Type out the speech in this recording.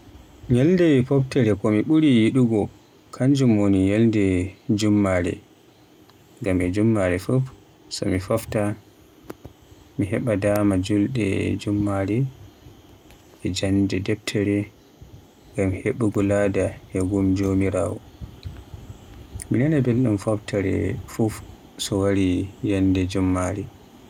Ñyalde foftere ko mi ɓuri yuɗugo kanjum woni ñyalde Jummare, ngam e Jummare fuf so mi fofta e mi hebaa daama julde jummare e jannde deftere ngam heɓugo lada e gum jomiraawo. Mi nana belɗum foftere fuf so wari ñyalde Jummare.